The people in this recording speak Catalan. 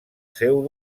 seu